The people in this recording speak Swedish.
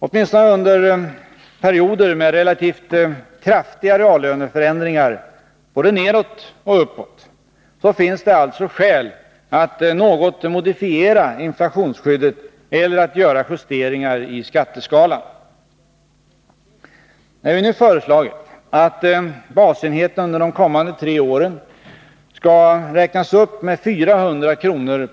Åtminstone under perioder med relativt kraftiga reallöneförändringar — både nedåt och uppåt — finns det alltså skäl att något modifiera inflationsskyddet eller att göra justeringar i skatteskalan. När vi nu föreslagit att basenheten under de kommande tre åren skall räknas upp med 400 kr.